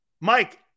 Mike